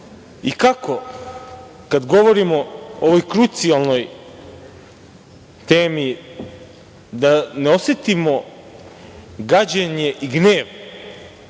kad govorimo o ovoj krucijalnoj temi da ne osetimo gađenje i gnev?